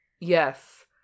Yes